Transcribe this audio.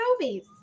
movies